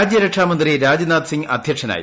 രാജ്യരക്ഷാമന്ത്രി രാജ്നാഥ് സിംഗ് അധ്യക്ഷനായി